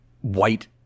white